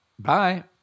bye